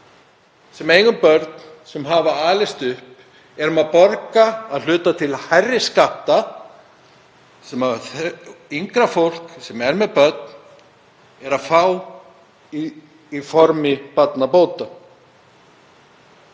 sem eigum börn sem hafa vaxið úr grasi erum að borga að hluta til hærri skatta sem yngra fólk sem er með börn er að fá í formi barnabóta.